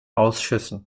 ausschüssen